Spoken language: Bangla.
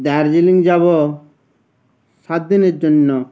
দার্জিলিং যাবো সাত দিনের জন্য